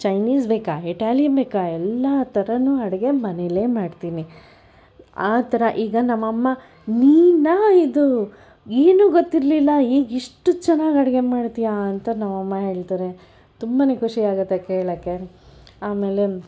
Chinese ಬೇಕ Italian ಬೇಕ ಎಲ್ಲ ಥರನೂ ಅಡುಗೆ ಮನೇಲೇ ಮಾಡ್ತೀನಿ ಆ ಥರ ಈಗ ನಮ್ಮಮ್ಮ ನೀನಾ ಇದು ಏನೂ ಗೊತ್ತಿರಲಿಲ್ಲ ಈಗ ಇಷ್ಟು ಚೆನ್ನಾಗಿ ಅಡುಗೆ ಮಾಡ್ತೀಯ ಅಂತ ನಮ್ಮಮ್ಮ ಹೇಳ್ತಾರೆ ತುಂಬನೇ ಖುಷಿಯಾಗುತ್ತೆ ಕೇಳೋಕ್ಕೆ ಆಮೇಲೆ